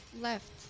left